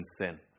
sin